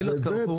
אתה צודק.